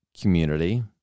community